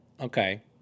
okay